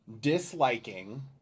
disliking